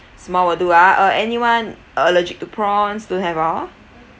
small will do ah uh anyone allergic to prawns don't have ah